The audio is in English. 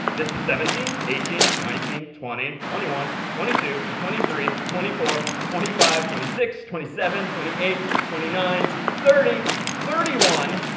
this is seventeen, eighteen, nineteen, twenty, twenty one, twenty two, twenty three, twenty four, twenty five, twenty six, twenty seven, twenty eight, twenty nine, thirty, thirty one.